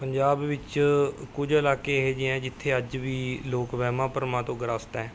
ਪੰਜਾਬ ਵਿੱਚ ਕੁਝ ਇਲਾਕੇ ਇਹੇ ਜਿਹੇ ਹੈ ਜਿੱਥੇ ਅੱਜ ਵੀ ਲੋਕ ਵਹਿਮਾਂ ਭਰਮਾਂ ਤੋਂ ਗ੍ਰਸਤ ਹੈ